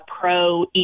pro